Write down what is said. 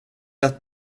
att